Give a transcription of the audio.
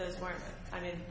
what i mean